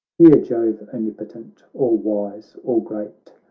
hear, jove omnipotent, all wise, all great.